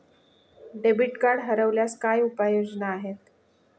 Debit card हरवल्यास काय उपाय योजना आहेत?